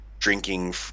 drinking